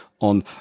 on